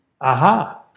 Aha